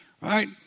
right